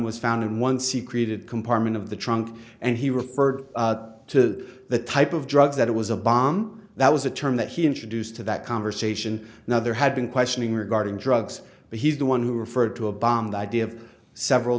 was found and once he created compartment of the trunk and he referred to the type of drugs that it was a bomb that was a term that he introduced to that conversation now there had been questioning regarding drugs but he's the one who referred to a bomb the idea of several